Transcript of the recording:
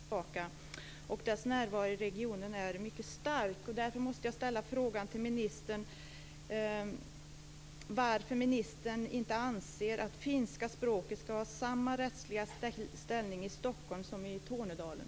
Fru talman! Stockholm har en stor finsk minoritet sedan lång tid tillbaka. Dess närvaro i regionen är mycket stark. Därför måste jag ställa frågan till ministern: Varför anser inte ministern att finska språket ska ha samma rättsliga ställning i Stockholm som i Tornedalen?